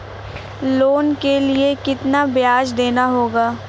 Loan के लिए कितना ब्याज देना होगा?